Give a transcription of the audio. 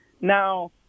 Now